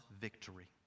victory